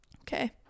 Okay